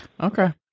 Okay